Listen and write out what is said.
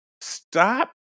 stop